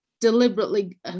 deliberately